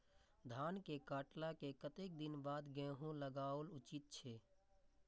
धान के काटला के कतेक दिन बाद गैहूं लागाओल उचित छे?